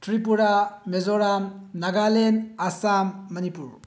Tripura Mizoram Nagaland Assam Manipur